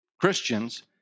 Christians